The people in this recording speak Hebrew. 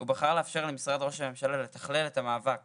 הוא בחר לאפשר למשרד ראש הממשלה לתכלל את המאבק